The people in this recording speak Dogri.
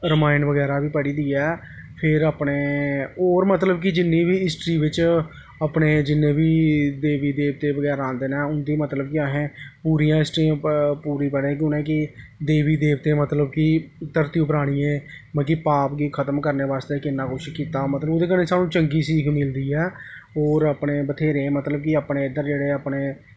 रमायण बगैरा बी पढ़ी दी ऐ फिर अपने होर मतलब कि जिन्नी बी हिस्टरी बिच्च अपने जिन्ने बी देवी देवते बगैरा आंदे न उं'दी मतलब कि असें पूरियां हिस्ट्रियां पूरे पढ़े दा उनेंगी देवी देवते मतलब कि धरती पर आनियै मतलब कि पाप गी खतम करने बास्तै किन्ना कुछ कीता मतलब ओह्दे कन्नै सानूं चंगी सीख मिलदी ऐ होर अपने बत्थेरे मतलब कि अपने इद्धर जेह्ड़े अपने